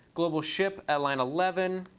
global ship at line eleven.